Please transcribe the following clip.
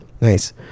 Nice